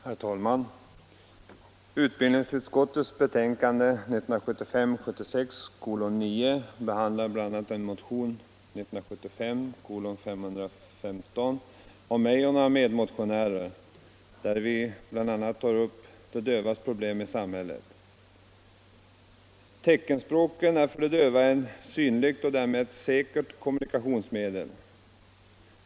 Herr talman! Utbildningsutskottets betänkande 1975/76:9 behandlar bl.a. motion 1975:515 av mig och några medmotionärer. Vi tar där bl.a. upp de dövas problem i samhället. Teckenspråket är för de döva ett synligt och därmed säkert kommunikationsmedel.